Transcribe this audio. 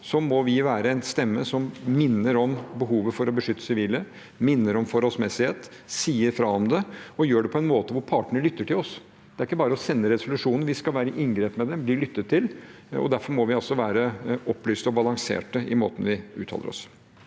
nå må vi være en stemme som minner om behovet for å beskytte sivile, minner om forholdsmessighet, sier fra om det og gjør det på en måte som gjør at partene lytter til oss. Det er ikke bare å sende resolusjonene – vi skal være i inngrep med dem, bli lyttet til, og derfor må vi være opplyste og balanserte i måten vi uttaler oss